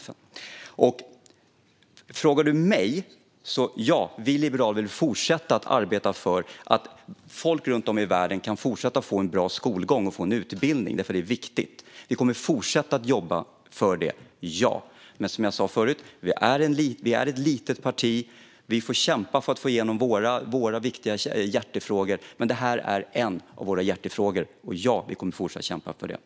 Om ledamoten frågar mig kommer vi liberaler att fortsätta att arbeta för att folk runt om i världen kan fortsätta att få en bra skolgång och få en utbildning för att det är viktigt. Ja, vi kommer att fortsätta att jobba för det. Men som jag sa förut är vi ett litet parti, och vi får kämpa för att få igenom våra viktiga hjärtefrågor. Men detta är en av våra hjärtefrågor, och vi kommer att fortsätta att kämpa för detta.